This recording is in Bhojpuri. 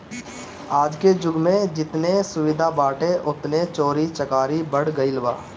आजके जुग में जेतने सुविधा बाटे ओतने चोरी चकारी बढ़ गईल बा